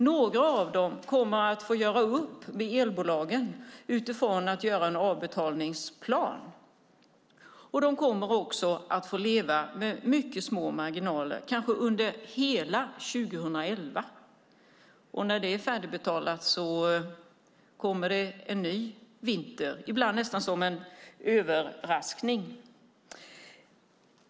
Några av dem kommer att få göra upp med elbolagen om en avbetalningsplan. De kommer att få leva med mycket små marginaler, kanske under hela 2011, och när det är färdigbetalt kommer det en ny vinter, ibland nästan som en överraskning.